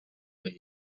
bay